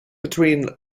between